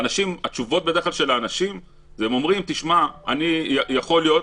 והתשובות של אנשים הם "תשמע, יכול להיות,